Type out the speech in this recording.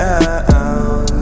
out